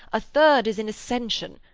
a third is in ascension.